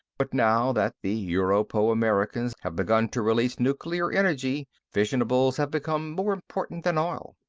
but now that the europo-americans have begun to release nuclear energy, fissionables have become more important than oil.